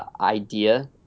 idea